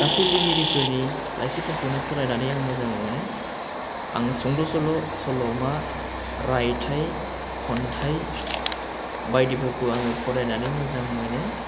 गासै लिगिरिफोरनि लाइसिफोरखौनो फरायनानै आं मोजां मोनो आं सुंद' सल' सल'मा रायथाइ खन्थाइ बायदिफोरखौ आङो फरायनानै मोजां मोनो